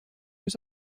was